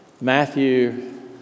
Matthew